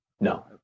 No